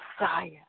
Messiah